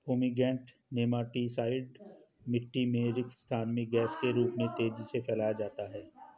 fumigant nematicide मिटटी में रिक्त स्थान में गैस के रूप में तेजी से फैलाया जाता है